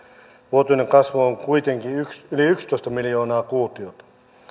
vuotuinen kasvu on kuitenkin yli yksitoista miljoonaa kuutiota